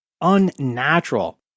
unnatural